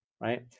right